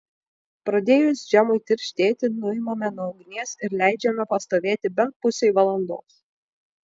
pradėjus džemui tirštėti nuimame nuo ugnies ir leidžiame pastovėti bent pusei valandos